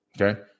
okay